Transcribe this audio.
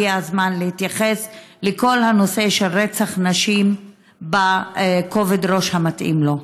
הגיע הזמן להתייחס לכל הנושא של רצח נשים בכובד הראש המתאים לו.